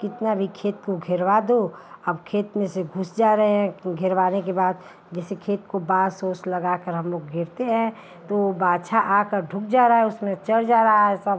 कितना भी खेत को घेरवा दो अब खेत में से घुस जा रहे हैं घेरवाने के बाद जैसे खेत को बाँस उँस लगाकर हम लोग घेरते हैं तो बाछा आकर घुस जा रहा है उसमें चर जा रहा है सब